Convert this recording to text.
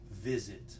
visit